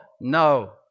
No